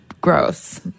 gross